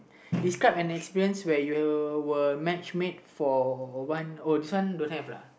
describe an experience where you were match make for one oh this one don't have lah